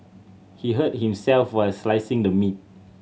he hurt himself while slicing the meat